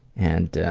and